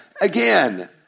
again